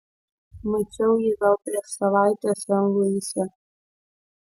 mačiau jį gal prieš savaitę sen luise